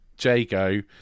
Jago